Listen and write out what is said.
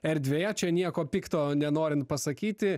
erdvėje čia nieko pikto nenorint pasakyti